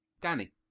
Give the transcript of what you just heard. Danny